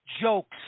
jokes